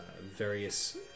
various